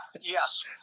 yes